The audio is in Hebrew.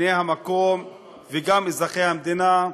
בני המקום וגם אזרחי המדינה,